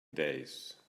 days